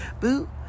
boo